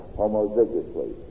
homozygously